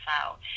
out